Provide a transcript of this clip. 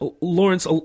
Lawrence